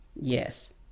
Yes